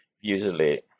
Usually